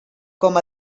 com